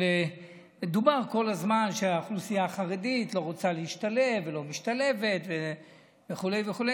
דובר כל הזמן שהאוכלוסייה החרדית לא רוצה להשתלב ולא משתלבת וכו' וכו'.